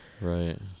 Right